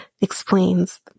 explains